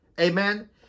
Amen